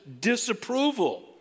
disapproval